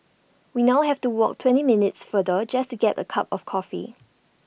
we now have to walk twenty minutes farther just to get A cup of coffee